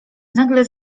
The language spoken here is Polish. nagle